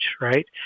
right